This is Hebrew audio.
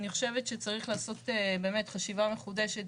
אני חושבת שצריך לעשות חשיבה מחודשת,